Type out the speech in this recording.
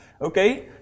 Okay